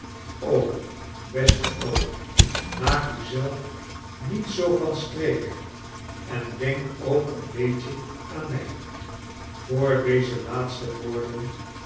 beste oom i maak u zelf niet zoo van streek en denk ook een beetje aan mij i voor deze laatste woorden